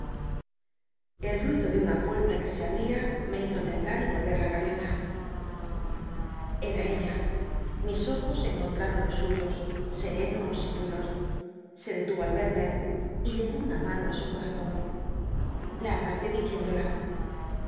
el ruido de una puerta que se abl'ia me hizo temblar y volver la cabeza er r ella mis ojos encontraron los suyos serenos y puros se detui'o al yerme y lleró una mano ti su corazón la abracé diciéndola